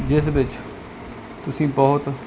ਜਿਸ ਵਿੱਚ ਤੁਸੀਂ ਬਹੁਤ